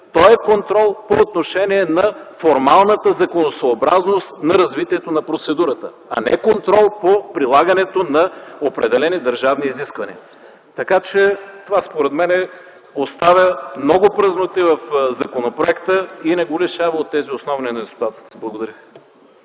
е контрол по формалната законосъобразност на развитието на процедурата, а не контрол по прилагането на определени държавни изисквания. Според мен това оставя много празноти в законопроекта и не го лишава от тези основни недостатъци. Благодаря.